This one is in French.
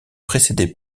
précédée